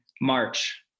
March